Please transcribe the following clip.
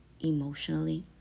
emotionally